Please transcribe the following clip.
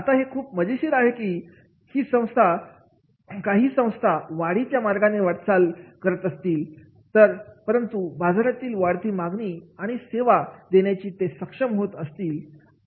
आता हे खूप मजेशीर आहे की काही संस्था वाढीच्या मार्गाने वाटचाल तर करीत असतात परंतु बाजारातील वाढती मागणी आणि सेवा देण्यासाठी ते सक्षम होत असतात